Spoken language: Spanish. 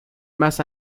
más